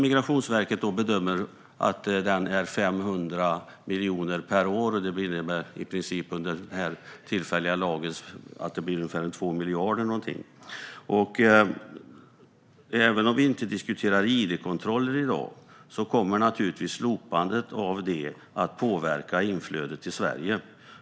Migrationsverket bedömer att kostnaden blir 500 miljoner per år, och det innebär ungefär 2 miljarder under den här tillfälliga lagen. Vi diskuterar inte id-kontroller i dag, men slopandet av dem kommer naturligtvis att påverka inflödet till Sverige.